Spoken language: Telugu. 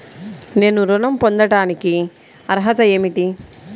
నేను ఋణం పొందటానికి అర్హత ఏమిటి?